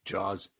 Jaws